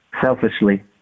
selfishly